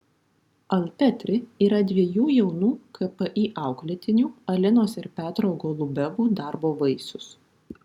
alpetri yra dviejų jaunų kpi auklėtinių alinos ir petro golubevų darbo vaisius